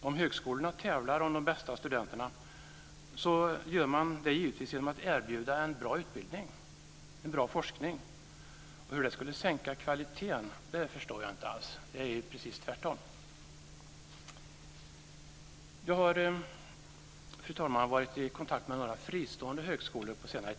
Om högskolorna tävlar om de bästa studenterna gör de det givetvis genom att erbjuda en bra utbildning och en bra forskning. Hur det skulle sänka kvaliteten förstår jag inte alls. Det är ju precis tvärtom. Jag har, fru talman, på senare tid varit i kontakt med några fristående högskolor.